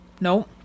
No